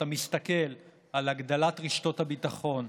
צריך להסתכל על הגדלת רשתות הביטחון,